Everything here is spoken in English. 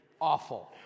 awful